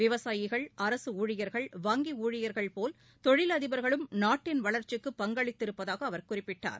விவசாயிகள் அரசுஊழியர்கள் வங்கிஊழியர்கள் போல் தொழில் அதிபர்களும் நாட்டின் வளர்ச்சிக்கு பங்களித்திருப்பதாகஅவர் குறிப்பிட்டார்